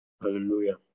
Hallelujah